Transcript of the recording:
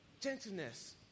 Gentleness